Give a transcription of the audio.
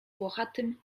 włochatym